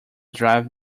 drive